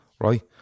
right